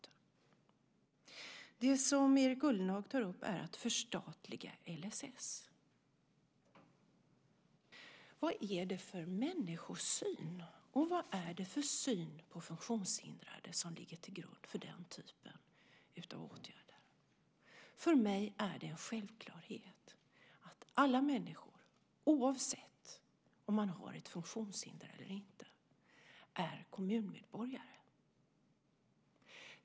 Det som Erik Ullenhag tar upp är att förstatliga LSS. Vad är det för människosyn, och vad är det för syn på funktionshindrade, som ligger till grund för den typen av åtgärder? För mig är det en självklarhet att alla människor, oavsett om de har ett funktionshinder eller inte, är kommunmedborgare.